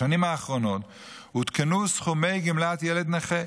בשנים האחרונות עודכנו סכומי גמלת ילד נכה,